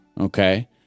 okay